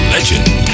Legend